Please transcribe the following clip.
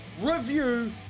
review